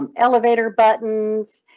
um elevator buttons,